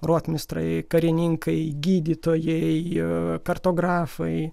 rotmistrai karininkai gydytojai ir kartografai